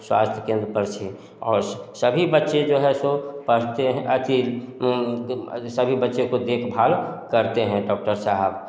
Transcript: स्वास्थ्य केंद्र पर से और सभी बच्चे जो हैं सो पढ़ते हैं आखिर सभी बच्चे को देखभाल करते हैं डॉक्टर साहब